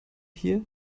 hier